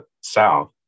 South